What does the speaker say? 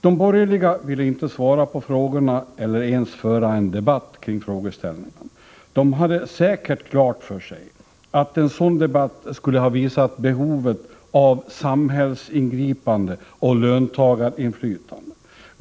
De borgerliga ville inte svara på frågorna, eller ens föra en debatt kring frågeställningarna. De hade säkert klart för sig att en sådan debatt skulle ha visat behovet av samhällsingripanden och löntagarinflytande.